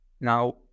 Now